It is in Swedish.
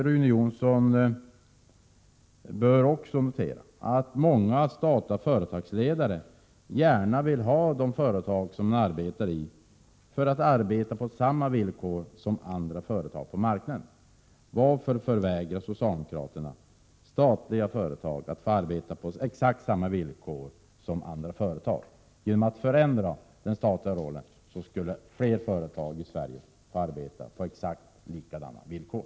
Rune Jonsson bör också notera att många statliga företagsledare gärna vill att de företag som de arbetar i skall arbeta på samma villkor som andra företag på marknaden. Varför förmenar socialdemokraterna statliga företag att arbeta på exakt samma villkor som andra företag? Genom att förändra den statliga rollen skulle fler företag i Sverige kunna få arbeta på exakt samma villkor.